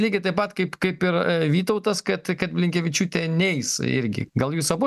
lygiai taip pat kaip kaip ir vytautas kad kad blinkevičiūtė neis irgi gal jūs abu